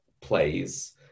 plays